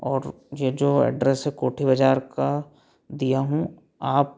और ये जो एड्रेस है कोठी बाजार का दिया हूँ आप